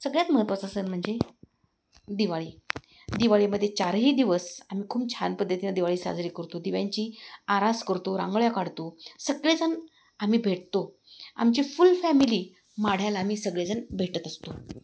सगळ्यात महत्वाचा सण म्हणजे दिवाळी दिवाळीमध्ये चारही दिवस आम्ही खूप छान पद्धतीने दिवाळी साजरी करतो दिव्यांची आरास करतो रांगोळ्या काढतो सगळेजण आम्ही भेटतो आमची फुल फॅमिली माढ्याला आम्ही सगळेजण भेटत असतो